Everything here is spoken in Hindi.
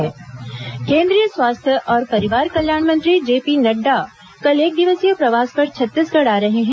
जेपी नडडा छत्तीसगढ केंद्रीय स्वास्थ्य और परिवार कल्याण मंत्री जेपी नड्डा कल एकदिवसीय प्रवास पर छत्तीसगढ़ आ रहे हैं